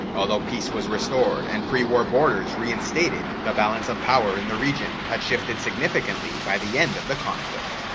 although peace was restored and pre-war borders were reinstated, the balance of power in the region had shifted significantly by the end of the conflict.